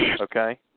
Okay